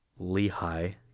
Lehi